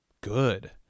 good